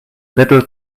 little